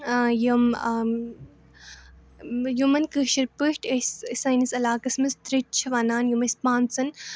آ یِم یِمَن کٲشِرۍ پٲٹھۍ أسۍ سٲنِس علاقَس منٛز ترٕچ چھِ وَنان یِم أسۍ پانٛژَن